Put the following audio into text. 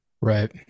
right